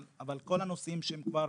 אבל כל הנושאים שהם כבר